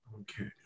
Okay